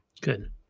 Good